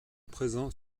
présents